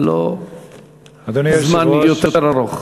אבל לא זמן יותר ארוך.